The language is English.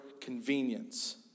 convenience